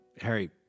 Harry